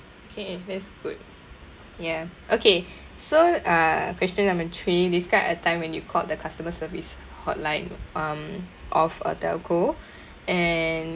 K that's good ya okay so uh question number three describe a time when you called the customer service hotline um of a telco and